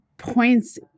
points